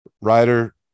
Ryder